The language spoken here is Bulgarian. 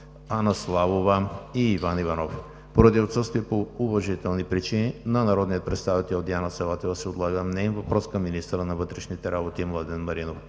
Анна Славова; и Иван Валентинов Иванов. Поради отсъствие по уважителни причини на народния представител Диана Саватева се отлага неин въпрос към министъра на вътрешните работи Младен Маринов.